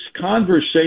conversation